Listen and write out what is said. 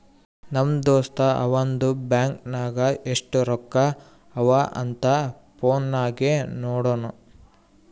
ನಮ್ ದೋಸ್ತ ಅವಂದು ಬ್ಯಾಂಕ್ ನಾಗ್ ಎಸ್ಟ್ ರೊಕ್ಕಾ ಅವಾ ಅಂತ್ ಫೋನ್ ನಾಗೆ ನೋಡುನ್